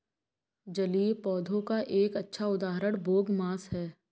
जलीय पौधों का एक अच्छा उदाहरण बोगमास है